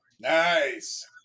Nice